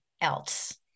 else